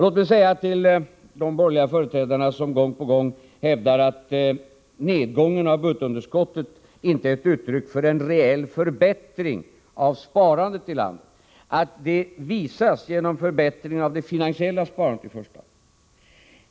Låt mig säga till de borgerliga företrädarna, som gång på gång hävdar att nedgången i budgetunderskottet inte är ett uttryck för en reell förbättringav Nr 49 sparandet i landet, att det visas genom förbättringen av det finansiella Onsdagen den sparandet i första hand.